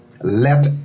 let